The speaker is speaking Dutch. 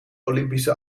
olympische